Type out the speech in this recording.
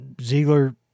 Ziegler